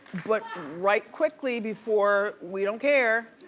but write quickly before we don't care